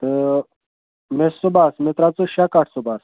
تہٕ مےٚ صُبحس مےٚ ترٛاو ژٕ شےٚ کَٹھ صُبَحس